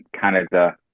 Canada